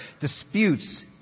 disputes